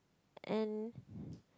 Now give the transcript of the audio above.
and